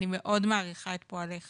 אני מאוד מעריכה את פועלך